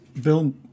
Bill